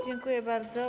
Dziękuję bardzo.